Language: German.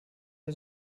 der